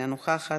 אינה נוכחת,